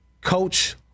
coach